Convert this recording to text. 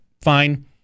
fine